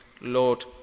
Lord